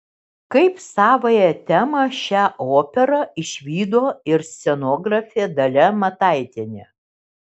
kaip savąją temą šią operą išvydo ir scenografė dalia mataitienė